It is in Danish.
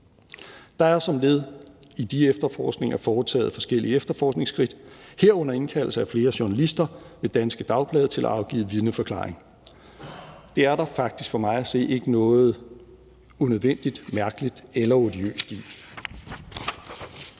Der er som led i de efterforskninger foretaget forskellige efterforskningsskridt, herunder indkaldelse af flere journalister ved danske dagblade til at afgive vidneforklaring. Det er der faktisk for mig at se ikke noget unødvendigt, mærkeligt eller odiøst i.